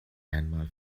einmal